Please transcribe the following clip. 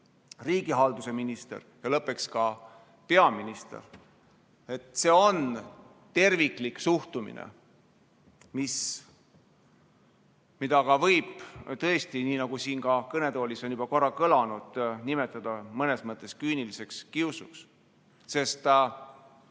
riigihalduse minister ja lõppeks ka peaminister. See on terviklik suhtumine, mida võib tõesti, nii nagu siin kõnetoolis on juba korra kõlanud, nimetada mõnes mõttes küüniliseks kiusuks. Sest